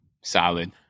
solid